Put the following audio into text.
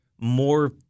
more